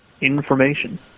information